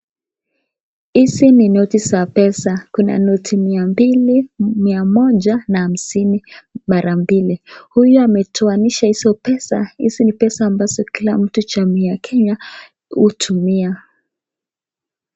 Hizi ni noti za pesa kuna noti mia mbili, mia moja na hamsini mara mbili. Huyu ametoanisha hizo pesa, hizi ni pesa ambazo kila mtu jamii ya Kenya hutumia.